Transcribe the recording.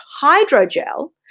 hydrogel